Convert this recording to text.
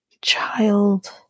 child